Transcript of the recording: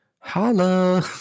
Holla